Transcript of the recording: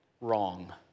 wrong